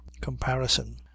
comparison